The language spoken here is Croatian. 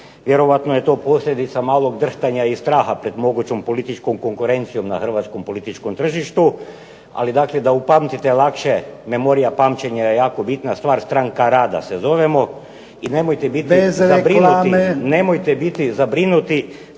Vjerojatno je to posljedica malog drhtanja i straha pred mogućom političkom konkurencijom na hrvatskom političkom tržištu, ali dakle da upamtite lakše, memorija pamćenja je jako bitna stvar, Stranka rada se zovemo i nemojte biti zabrinuti… **Jarnjak,